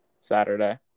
Saturday